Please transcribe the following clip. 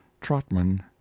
Trotman